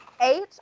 eight